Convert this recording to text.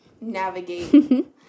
navigate